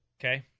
Okay